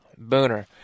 booner